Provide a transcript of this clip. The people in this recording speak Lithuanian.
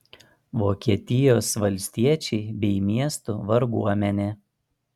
vokietijos valstiečiai bei miestų varguomenė